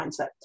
mindset